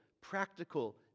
practical